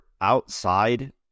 outside